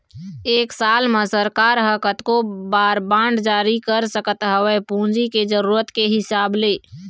एक साल म सरकार ह कतको बार बांड जारी कर सकत हवय पूंजी के जरुरत के हिसाब ले